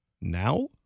Now